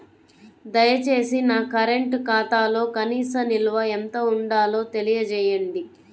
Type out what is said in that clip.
దయచేసి నా కరెంటు ఖాతాలో కనీస నిల్వ ఎంత ఉండాలో తెలియజేయండి